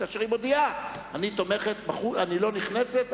כאשר היא מודיעה: אני לא נכנסת,